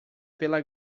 pela